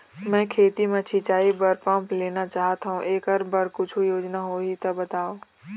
मैं खेती म सिचाई बर पंप लेना चाहत हाव, एकर बर कुछू योजना होही त बताव?